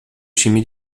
time